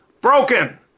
broken